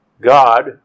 God